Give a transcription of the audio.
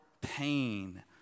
pain